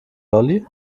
lolli